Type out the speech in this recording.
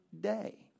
day